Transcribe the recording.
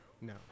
no